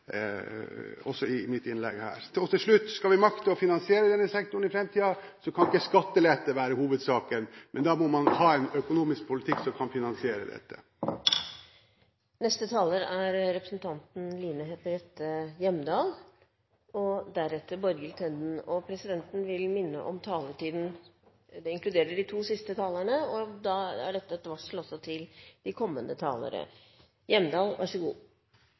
også i mitt innlegg. Til slutt: Skal vi makte å finansiere denne sektoren i framtiden , kan ikke skattelette være hovedsaken, da må man ha en økonomisk politikk som kan finansiere dette. Presidenten vil minne om taletiden. Det inkluderer de to siste talerne, og da er dette et varsel også til kommende talere.